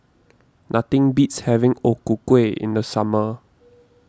nothing beats having O Ku Kueh in the summer